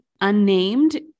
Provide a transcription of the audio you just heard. unnamed